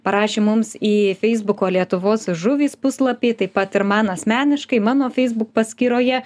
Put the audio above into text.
parašė mums į feisbuko lietuvos žuvys puslapį taip pat ir man asmeniškai mano facebook paskyroje